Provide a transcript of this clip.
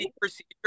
procedure